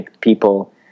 people